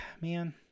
man